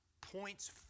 points